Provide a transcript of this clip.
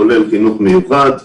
כולל חינוך מיוחד,